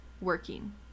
working